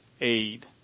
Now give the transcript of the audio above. aid